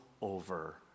over